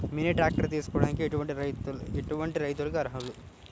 Mini tractor తీసుకోవడానికి ఎటువంటి రైతులకి అర్హులు?